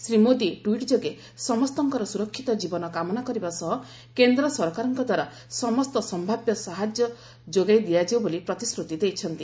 Shri Modi tweet ଯୋଗେ ସମସ୍ତଙ୍କର ସୁରକ୍ଷିତ ଜୀବନ କାମନା କରିବା ସହ କେନ୍ଦ୍ର ସରକାରଙ୍କ ଦ୍ୱାରା ସମସ୍ତ ସମ୍ଭାବ୍ୟ ସାହାଯ୍ୟ ଯୋଗାଇ ଦିଆଯିବ ବୋଲି ପ୍ରତିଶ୍ରତି ଦେଇଛନ୍ତି